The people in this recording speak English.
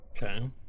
Okay